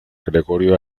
gregorio